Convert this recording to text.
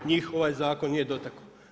Njih ovaj zakon nije dotakao.